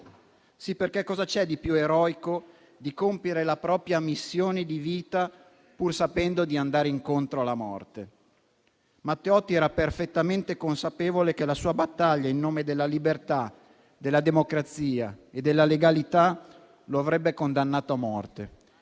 Sì, perché che cosa c'è di più eroico che compiere la propria missione di vita, pur sapendo di andare incontro alla morte? Matteotti era perfettamente consapevole che la sua battaglia in nome della libertà, della democrazia e della legalità lo avrebbe condannato a morte.